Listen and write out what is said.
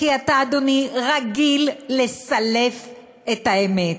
רגיל לסלף את האמת,